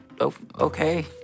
okay